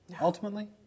ultimately